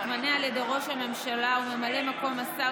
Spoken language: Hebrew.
המתמנה על ידי ראש הממשלה וממלא מקום השר